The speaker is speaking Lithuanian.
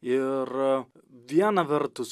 ir viena vertus